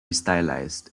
stylised